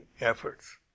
efforts